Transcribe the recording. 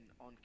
on